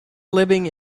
living